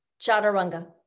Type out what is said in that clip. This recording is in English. Chaturanga